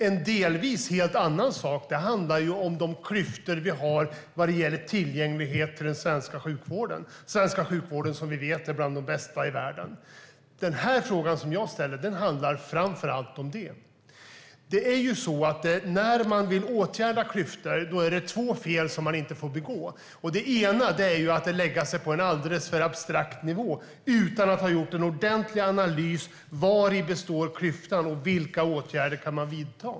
En delvis helt annan sak handlar om de klyftor som finns i fråga om tillgänglighet till den svenska sjukvården. Den svenska sjukvården är, som vi vet, bland de bästa i världen. Den fråga jag ställer handlar framför allt om denna vård. När man vill åtgärda klyftor finns fel som man inte får begå. Ett fel är att lägga sig på en alldeles för abstrakt nivå utan att ha gjort en ordentlig analys av vad klyftorna består av och vilka åtgärder som kan vidtas.